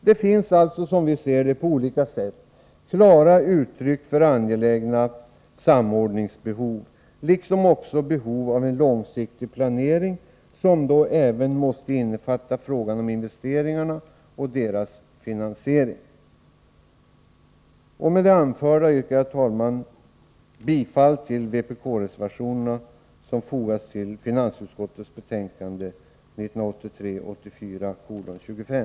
Det finns alltså — som vi ser det — på olika sätt klara uttryck för angelägna samordningsbehov, liksom också behov av en långsiktig planering som då även måste innefatta frågan om investeringarna och deras finansiering. Med det anförda yrkar jag, herr talman, bifall till vpk-reservationerna som fogats till finansutskottets betänkande 1983/84:25.